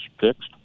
fixed